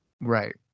Right